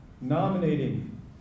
nominating